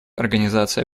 организации